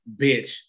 bitch